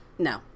No